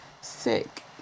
Sick